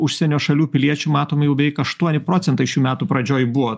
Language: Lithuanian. užsienio šalių piliečių matoma jau veik aštuoni procentai šių metų pradžioj buvo